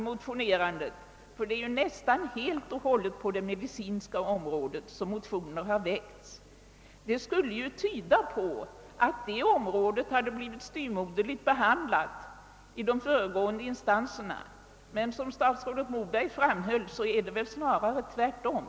De avser nämligen nästan enbart det medicinska området. Det skulle i och för sig tyda på att detta område hade blivit styvmoderligt behandlat av de föregående instanserna, men såsom statsrådet Moberg framhöll förhåller det sig snarare tvärtom.